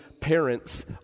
parents